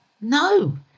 no